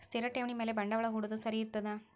ಸ್ಥಿರ ಠೇವಣಿ ಮ್ಯಾಲೆ ಬಂಡವಾಳಾ ಹೂಡೋದು ಸರಿ ಇರ್ತದಾ?